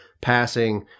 passing